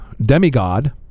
demigod